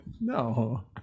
No